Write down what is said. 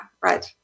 right